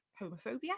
homophobia